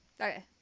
Okay